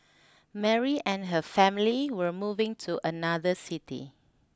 Mary and her family were moving to another city